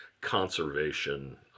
Conservation